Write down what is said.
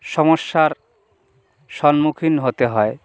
সমস্যার সম্মুখীন হতে হয়